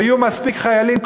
ויהיו מספיק חיילים,